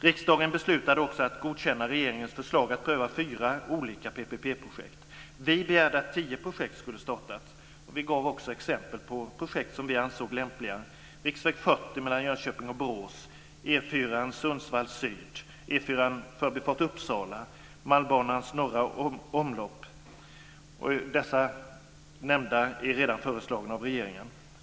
Riksdagen beslutade också att godkänna regeringens förslag att pröva fyra olika PPP-projekt. Vi begärde att tio projekt skulle startas, och vi gav också exempel på projekt som vi ansåg lämpliga: De som jag nu nämnt är redan föreslagna av regeringen.